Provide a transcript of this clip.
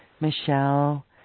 Michelle